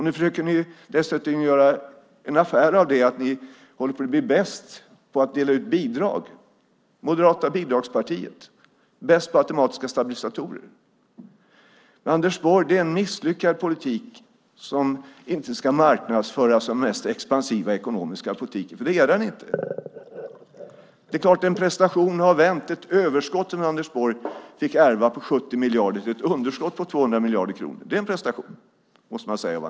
Nu försöker ni dessutom göra en affär av att ni håller på att bli bäst på att dela ut bidrag: Moderata bidragspartiet - bäst på automatiska stabilisatorer. Det är en misslyckad politik, Anders Borg, som inte ska marknadsföras som den mest expansiva ekonomiska politiken, för det är den inte. Det är klart att det är en prestation att ha vänt ett överskott på 70 miljarder som Anders Borg fick ärva till ett underskott på 200 miljarder kronor. Det är en prestation av Anders Borg, måste man säga.